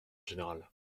général